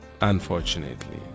Unfortunately